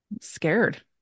scared